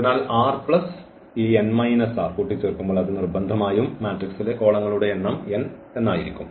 അതിനാൽ r plus ഈ n r കൂട്ടിചേർക്കുമ്പോൾ അത് നിർബന്ധമായും മാട്രിക്സിലെ കോളങ്ങളുടെ എണ്ണം ആയിരിക്കും